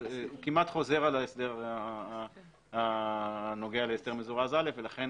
הוא כמעט חוזר על ההסדר הנוגע להסדר מזורז א' ולכן